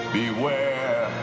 beware